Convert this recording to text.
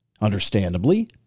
Understandably